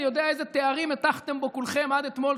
אני יודע איזה תארים הטחתם בו כולכם עד אתמול,